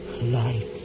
Lights